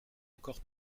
encore